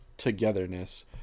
Togetherness